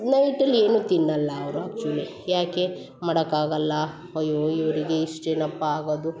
ನೈಟಲ್ಲಿ ಏನು ತಿನ್ನಲ್ಲ ಅವರು ಆ್ಯಕ್ಚುಲಿ ಯಾಕೆ ಮಾಡಕ್ಕಾಗಲ್ಲ ಅಯ್ಯೋ ಇವರಿಗೆ ಇಷ್ಟೇನಪ್ಪ ಆಗೋದು